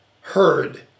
heard